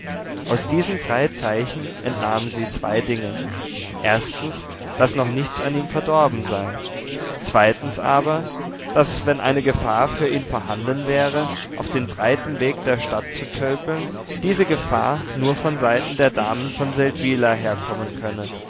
aus diesen drei zeichen entnahm sie zwei dinge erstens daß noch nichts an ihm verdorben sei zweitens aber daß wenn eine gefahr für ihn vorhanden wäre auf den breiten weg der stadt zu tölpeln diese gefahr nur von seiten der damen von seldwyla herkommen könne